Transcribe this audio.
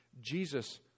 Jesus